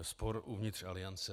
Spor uvnitř aliance.